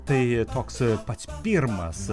tai toks pats pirmas